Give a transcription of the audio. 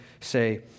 say